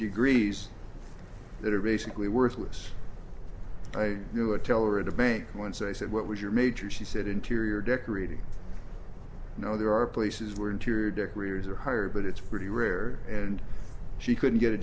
degrees that are basically worthless i knew a teller at a bank once they said what was your major she said interior decorating you know there are places where interior decorators are higher but it's pretty rare and she couldn't get a